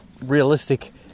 realistic